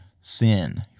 sin